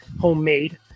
homemade